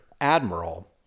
admiral